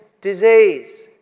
disease